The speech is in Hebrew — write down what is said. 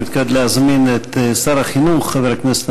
אני מתכבד להזמין את שר החינוך חבר הכנסת